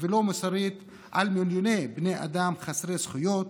ולא מוסרית על מיליוני בני אדם חסרי זכויות